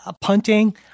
punting